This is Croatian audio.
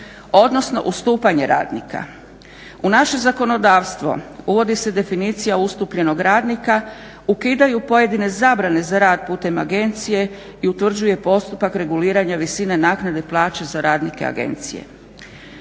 odnosno ustupanje radnika. U naše zakonodavstvo uvodi se definicija ustupljenog radnika, ukidaju pojedine zabrane za rad putem agencije i utvrđuje postupak reguliranja visine naknade plaće za radnike agencije.